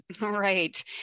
right